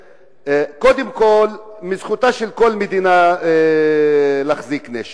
קודם כול, זכותה של כל מדינה להחזיק נשק.